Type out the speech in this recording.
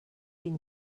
been